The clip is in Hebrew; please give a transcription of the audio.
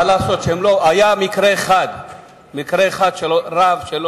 מה לעשות שהיה מקרה אחד של רב בצפון הארץ,